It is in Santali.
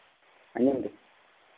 ᱟᱸᱡᱚᱢᱮᱫᱟᱹᱧ